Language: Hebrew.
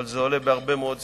אבל זה עולה בהרבה מאוד שיחות.